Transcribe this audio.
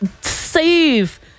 Save